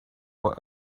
what